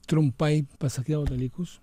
trumpai pasakiau dalykus